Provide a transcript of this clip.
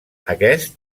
aquest